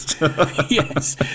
Yes